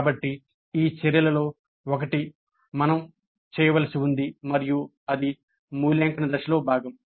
కాబట్టి ఈ చర్యలలో ఒకటి మనం చేయవలసి ఉంది మరియు అది మూల్యాంకన దశలో భాగం